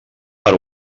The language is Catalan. per